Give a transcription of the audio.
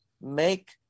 make